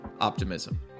Optimism